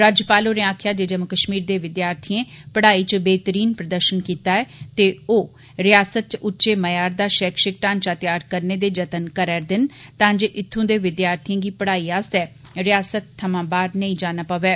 राज्यपाल होरें आक्खेआ जे जम्मू कश्मीर दे वद्यार्थिए पढ़ाई च बेहतरीन प्रदर्शन कीता ऐ ते ओ रिआसता च उच्चे म्यार दा शैक्षिक ढांचा तैआर करने दे जत्न करै करदे न तां जे इत्थुं दे विद्यार्थिएं गी पढ़ाई आस्तै रिआसता थमां बाह्र नेई जाना पवै